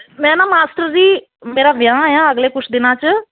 ਮੈਂ ਨਾ ਮਾਸਟਰ ਜੀ ਮੇਰਾ ਵਿਆਹ ਆ ਅਗਲੇ ਕੁਛ ਦਿਨਾਂ 'ਚ